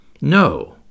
No